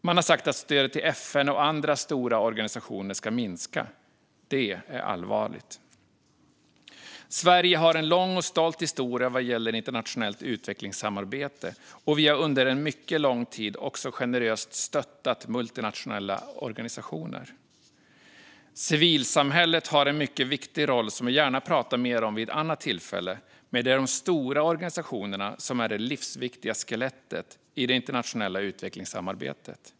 Man har sagt att stödet till FN och andra stora organisationer ska minska. Det är allvarligt. Sverige har en lång och stolt historia vad gäller internationellt utvecklingssamarbete och har under en mycket lång tid också generöst stöttat multinationella organisationer. Civilsamhället har en mycket viktig roll, som jag gärna pratar mer om vid ett annat tillfälle, men det är de stora organisationerna som är det livsviktiga skelettet i det internationella utvecklingssamarbetet.